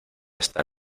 está